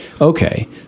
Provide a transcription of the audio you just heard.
okay